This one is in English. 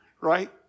right